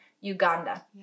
Uganda